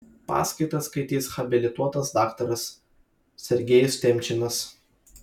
paskaitą skaitys habilituotas daktaras sergejus temčinas